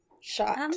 shot